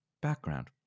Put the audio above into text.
background